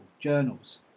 journals